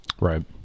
right